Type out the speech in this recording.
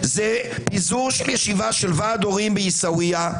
זה פיזור ישיבה של ועד הורים בעיסאוויה,